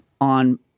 on—